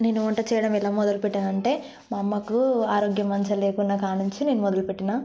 నేను వంట చేయడం ఎలా మొదలుపెట్టానంటే మా అమ్మకు ఆరోగ్యం మంచిగా లేకున్నా కానించి నేను మొదలుపెట్టినా